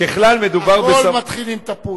הכול מתחיל עם תפוז.